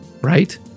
right